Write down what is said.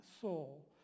soul